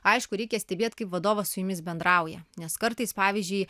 aišku reikia stebėt kaip vadovas su jumis bendrauja nes kartais pavyzdžiui